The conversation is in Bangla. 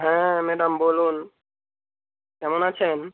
হ্যাঁ ম্যাডাম বলুন কেমন আছেন